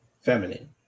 feminine